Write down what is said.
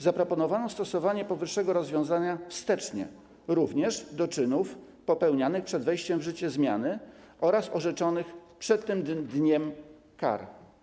Zaproponowano stosowanie powyższego rozwiązania wstecznie, również do czynów popełnianych przed wejściem w życie zmiany oraz orzeczonych przed tym dniem kar.